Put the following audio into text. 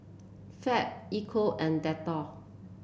Fab Ecco and Dettol